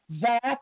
Zach